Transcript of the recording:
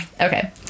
Okay